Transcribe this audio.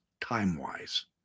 time-wise